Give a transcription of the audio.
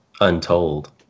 untold